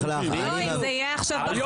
לא אם זה יהיה בחוק.